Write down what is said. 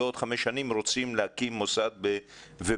בעוד 5 שנים אנחנו רוצים להקים מוסד כזה,